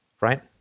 right